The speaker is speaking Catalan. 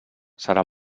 serà